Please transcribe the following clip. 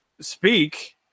speak